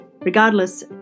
regardless